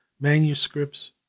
manuscripts